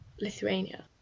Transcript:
lithuania